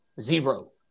zero